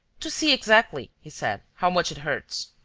to see exactly, he said, how much it hurts.